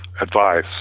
advice